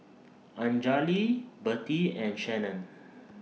Anjali Birtie and Shannon